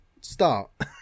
start